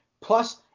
plus